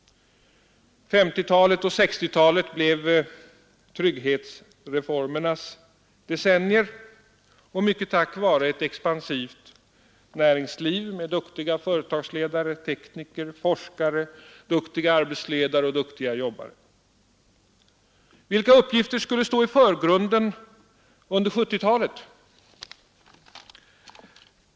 1950-talet och 1960-talet blev trygghetsreformernas decennier: mycket tack vare ett expansivt näringsliv med duktiga företagsledare, tekniker, forskare, duktiga arbetsledare och duktiga jobbare. Vilka uppgifter skulle stå i förgrunden under 1970 talet?